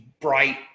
bright